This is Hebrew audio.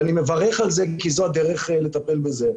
ואני מברך על זה כי זו הדרך לטפל בזה.